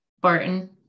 Barton